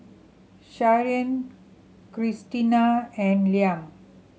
Sharyn Krystina and Liam